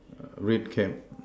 red cap